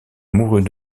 mourut